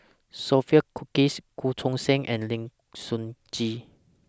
Sophia Cookies Goh Choo San and Lim Sun Gee